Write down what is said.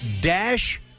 Dash